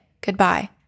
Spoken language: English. goodbye